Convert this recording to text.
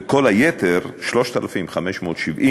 וכל היתר, 3,570,